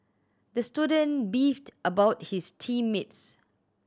the student beefed about his team mates